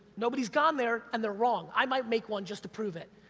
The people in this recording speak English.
nobody's gone there and they're wrong, i might make one just to prove it.